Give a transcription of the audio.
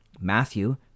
Matthew